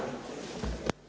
Hvala